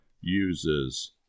uses